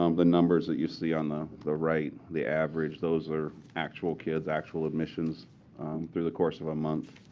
um the numbers that you see on the the right, the average, those are actual kids, actual admissions through the course of a month.